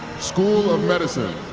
school of medicine